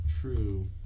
true